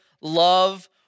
Love